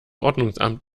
ordnungsamt